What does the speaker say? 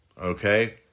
okay